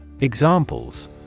Examples